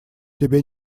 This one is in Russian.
тебе